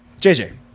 JJ